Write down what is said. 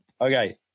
Okay